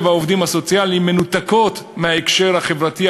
העובדים הסוציאליים מנותקות מההקשר החברתי,